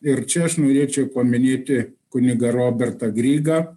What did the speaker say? ir čia aš norėčiau paminėti kunigą robertą grigą